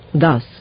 Thus